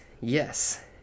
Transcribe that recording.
yes